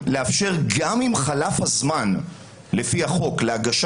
לאפשר גם אם חלף הזמן לפי החוק להגיש